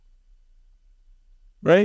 Right